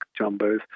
Jumbos